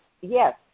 yes